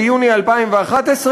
ביוני 2011,